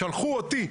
שלחו אותי,